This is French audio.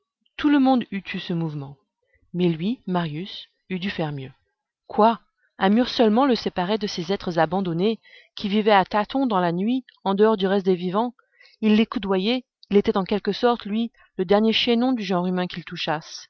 tout le monde eût eu ce mouvement mais lui marius eût dû faire mieux quoi un mur seulement le séparait de ces êtres abandonnés qui vivaient à tâtons dans la nuit en dehors du reste des vivants il les coudoyait il était en quelque sorte lui le dernier chaînon du genre humain qu'ils